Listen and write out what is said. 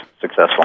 successful